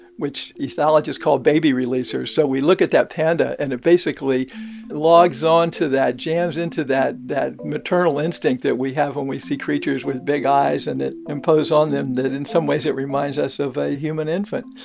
which ethologists call baby releasers. so we look at that panda and it basically logs on to that jams into that that maternal instinct that we have when we see creatures with big eyes and it impose on them that in some ways it reminds us of a human infant.